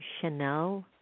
Chanel